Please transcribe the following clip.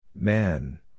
Man